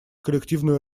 коллективную